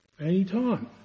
Anytime